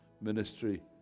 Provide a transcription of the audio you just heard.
ministry